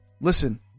Listen